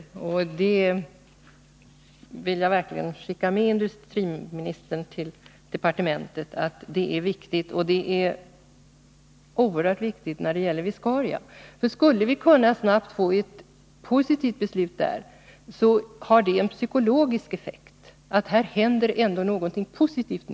Jag vill verkligen till departementet skicka med industriministern att det är viktigt med snara insatser. Det gäller speciellt åtgärder beträffande Viscaria. Skulle vi på detta område snabbt få ett positivt beslut, skulle det ha en psykologisk effekt. Människorna skulle kunna konstatera att det ändå händer någonting positivt.